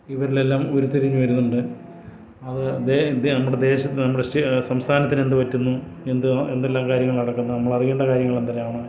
ഇവരിലെല്ലാം ഊരി തിരിഞ്ഞ് വരുന്നുണ്ട് അത് നമ്മുടെ ദേശത്ത് നമ്മുടെ സംസ്ഥാനത്തിനെന്തു പറ്റുന്നു എന്ത് എന്തെല്ലാം കാര്യങ്ങൾ നടക്കുന്ന നമ്മളറിയേണ്ട കാര്യങ്ങളെന്തെല്ലാമാണ്